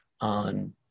on